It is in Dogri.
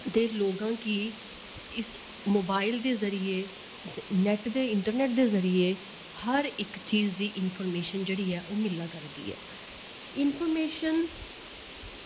दे लोगां कि इस मोबाइल दे जरिये नेट ते इंटरनेट दे जरिये हर इक चीज दी इंफर्मेशन जेह्ड़ी ऐ ओह् मिल्ला करदी ऐ इंफर्मेशन